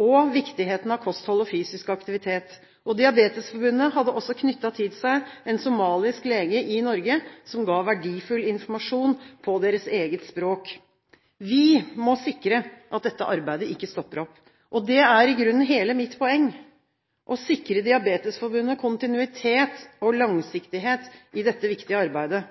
og viktigheten av kosthold og fysisk aktivitet. Diabetesforbundet hadde også knyttet til seg en somalisk lege i Norge, som ga verdifull informasjon på deres eget språk. Vi må sikre at dette arbeidet ikke stopper opp. Det er i grunnen hele mitt poeng: å sikre Diabetesforbundet kontinuitet og langsiktighet i dette viktige arbeidet.